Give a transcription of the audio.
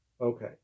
Okay